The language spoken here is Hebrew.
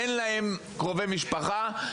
אין להם קרובי משפחה,